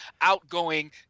outgoing